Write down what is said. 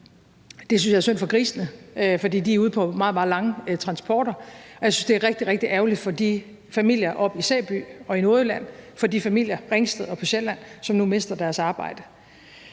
Det synes jeg er synd for grisene, for de er ude på meget, meget lange transporter, og jeg synes, det er rigtig, rigtig ærgerligt for de familier oppe i Sæby og i Nordjylland og for de familier i Ringsted og på Sjælland, som nu mister deres arbejde.